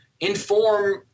inform